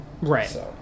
Right